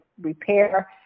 repair